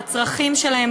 בצרכים שלהם,